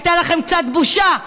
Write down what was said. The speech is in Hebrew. הייתה לכם קצת בושה,